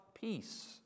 Peace